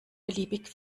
beliebig